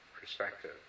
perspective